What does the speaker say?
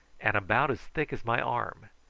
and about as thick as my arm.